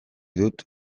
dut